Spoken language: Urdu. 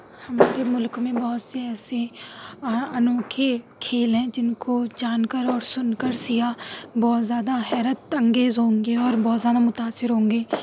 ہمارے ملک میں بہت سے ایسے انوکھے کھیل ہیں جن کو جان کر اور سن کر سیاح بہت زیادہ حیرت انگیز ہوں گے اور بہت زیادہ متاثر ہوں گے